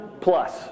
plus